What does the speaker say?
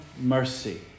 mercy